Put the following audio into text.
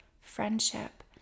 friendship